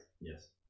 Yes